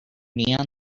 neon